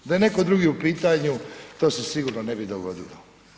Da je netko drugi u pitanju to se sigurno ne bi dogodilo.